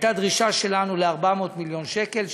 הייתה דרישה שלנו ל-400 מיליון שקל,